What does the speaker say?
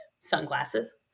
sunglasses